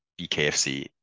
BKFC